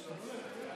מצביעה